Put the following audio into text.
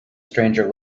stranger